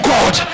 God